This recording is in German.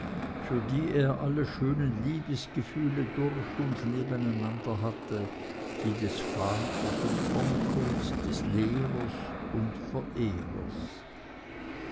für die er alle schönen liebesgefühle durch und nebeneinander hatte die des vaters und onkels des lehrers und verehrers